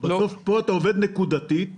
פה אתה עובד נקודתית